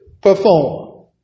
perform